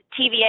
TVA